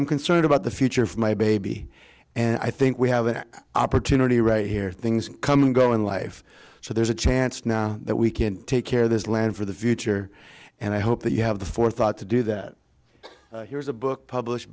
i'm concerned about the future of my baby and i think we have an opportunity right here things come and go in life so there's a chance now that we can take care of this land for the future and i hope that you have the forethought to do that here is a book published